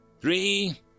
Three